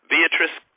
Beatrice